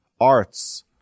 arts